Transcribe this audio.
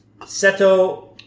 Seto